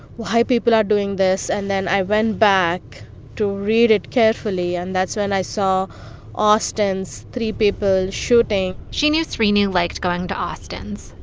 why people are doing this? and then i went back to read it carefully, and that's when i saw austin's, three people, shooting she knew srinu liked going to austin's.